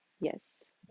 Yes